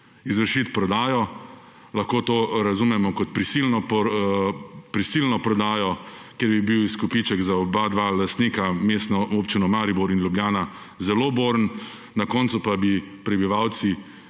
izvršiti prodajo, lahko to razumemo kot prisilno prodajo, ker bi bil izkupiček za oba lastnika, Mestno občino Maribor in Ljubljana, zelo boren, na koncu pa bi se v